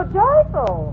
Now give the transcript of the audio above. joyful